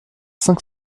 cinq